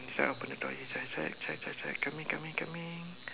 should I open the door check check check coming coming coming